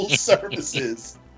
services